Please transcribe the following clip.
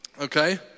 Okay